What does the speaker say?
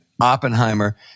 Oppenheimer